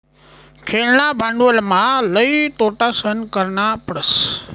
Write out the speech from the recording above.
खेळणा भांडवलमा लई तोटा सहन करना पडस